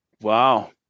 Wow